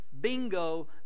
bingo